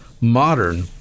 modern